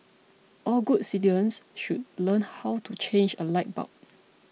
all good citizens should learn how to change a light bulb